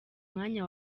mwanya